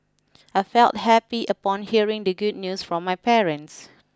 I felt happy upon hearing the good news from my parents